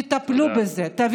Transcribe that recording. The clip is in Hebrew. תטפלו בזה, תודה.